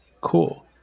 Cool